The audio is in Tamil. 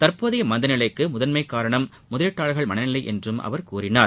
தற்போதைய மந்தநிலைக்கு முதன்மை காரணம் முதலீட்டாளர் மனநிலை என்றும் அவர் கூறினார்